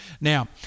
now